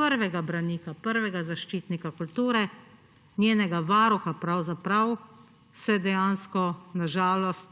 prvega branika, prvega zaščitnika kulture, njenega varuha pravzaprav, se dejansko na žalost